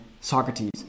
Socrates